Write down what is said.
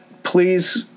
Please